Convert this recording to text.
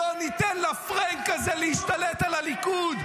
לא ניתן לפרענק הזה להשתלט על הליכוד.